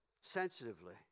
sensitively